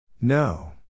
No